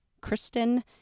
Kristen